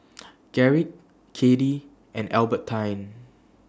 Garrick Kattie and Albertine